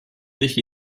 sich